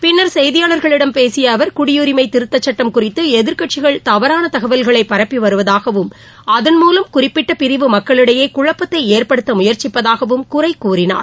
பின்னர் செய்தியாளர்களிடம் பேசிய அவர் குடியுரிமை திருத்தச் சுட்டம் குறித்து எதிர்க்கட்சிகள் தவறான தகவல்களைப் பரப்பி வருவதாகவும் அதன்மூலம் குறிப்பிட்ட பிரிவு மக்களிடையே குழப்பத்தை ஏற்படுத்த முயற்சிப்பதாகவும் குறை கூறினார்